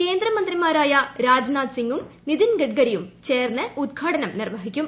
കേന്ദ്ര മന്ത്രിമാരായ രാജ്നാഥ് സിങും നിതിൻ ഗഡ്കരിയും ചേർന്ന് ഉദ്ഘാടനം ചെയ്യും